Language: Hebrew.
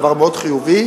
דבר מאוד חיובי,